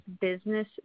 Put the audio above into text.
business